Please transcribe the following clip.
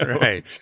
right